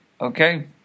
okay